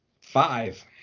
five